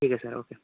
ठीक है sir okay